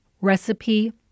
Recipe